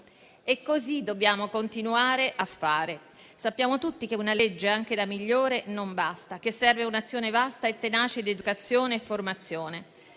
e così dobbiamo continuare a fare. Sappiamo tutti che una legge, anche la migliore, non basta, che serve un'azione vasta e tenace di educazione e formazione.